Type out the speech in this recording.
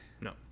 No